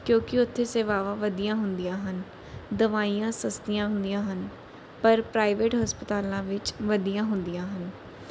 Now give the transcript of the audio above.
ਕਿਉਂਕਿ ਉੱਥੇ ਸੇਵਾਵਾਂ ਵਧੀਆਂ ਹੁੰਦੀਆਂ ਹਨ ਦਵਾਈਆਂ ਸਸਤੀਆਂ ਹੁੰਦੀਆਂ ਹਨ ਪਰ ਪ੍ਰਾਈਵੇਟ ਹਸਪਤਾਲਾਂ ਵਿੱਚ ਵਧੀਆਂ ਹੁੰਦੀਆਂ ਹਨ